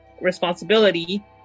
responsibility